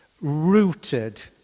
rooted